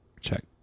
Check